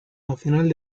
nacional